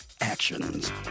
actions